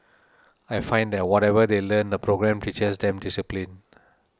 I find that whatever they learn the programme teaches them discipline